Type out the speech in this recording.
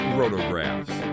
rotographs